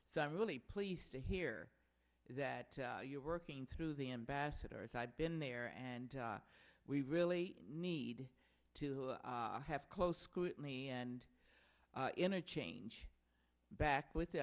so i'm really pleased to hear that you're working through the ambassadors i've been there and we really need to have close scrutiny and interchange back with the